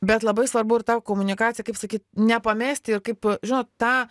bet labai svarbu ir ta komunikacija kaip sakyt nepamesti ir kaip žinot tą